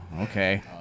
okay